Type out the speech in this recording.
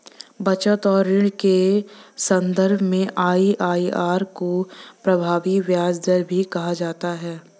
बचत और ऋण के सन्दर्भ में आई.आई.आर को प्रभावी ब्याज दर भी कहा जाता है